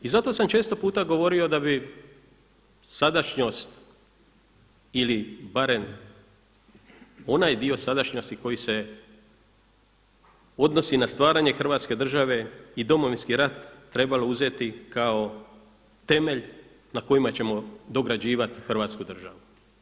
I zato sam često puta govorio da bi sadašnjost ili barem onaj dio sadašnjosti koji se odnosi na stvaranje Hrvatske države i Domovinski rat trebalo uzeti kao temelj na kojima ćemo dograđivati Hrvatsku državu.